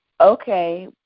okay